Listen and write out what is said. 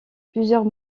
plusieurs